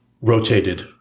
rotated